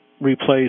replace